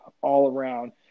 all-around